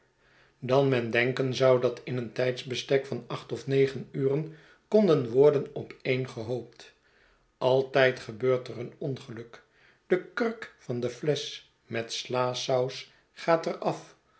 dan men denken zou dat in een tijdsbestek van acht of negen uren koriden worden opeengehoopt altijd gebeurt er een ongeluk de kurk van de flesch met slasaus gaat er